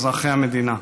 אזרחי המדינה.